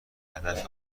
هدف